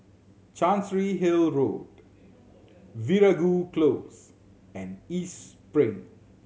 Chancery Hill Road Veeragoo Close and East Spring